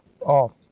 off